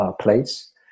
place